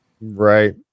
Right